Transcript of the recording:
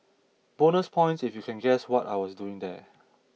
bonus points if you can guess what I was doing there